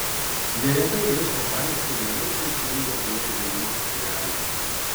neretai maisto paieškai mielai prisijungia prie zylių būrelių